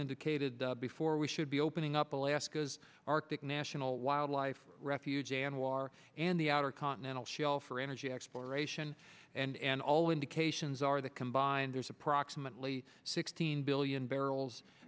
indicated before we should be opening up alaska's arctic national wildlife refuge anwar and the outer continental shelf for energy exploration and all indications are the combined there's approximately sixteen billion barrels